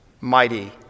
mighty